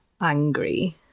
angry